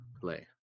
play